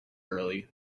early